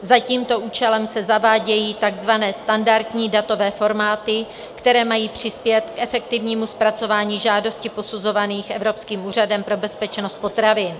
Za tímto účelem se zavádějí takzvané standardní datové formáty, které mají přispět k efektivnímu zpracování žádostí posuzovaných Evropským úřadem pro bezpečnost potravin.